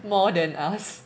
more than us